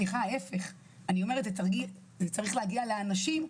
ההפך, זה צריך להגיע לאנשים.